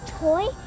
toy